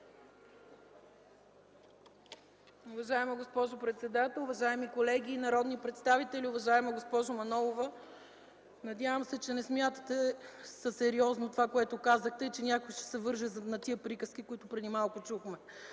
Уважаема госпожо председател, уважаеми колеги народни представители! Уважаема госпожо Манолова, надявам се, че не смятате за сериозно това, което казахте и че някой ще се върже на тези приказки, които чухме преди малко.